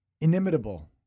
inimitable